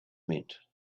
meant